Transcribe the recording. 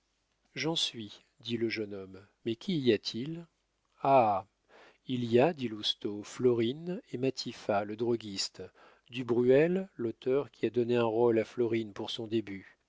j'en suis dit le jeune homme mais qu'y a-t-il ah il y a dit lousteau florine et matifat le droguiste du bruel l'auteur qui a donné un rôle à florine pour son début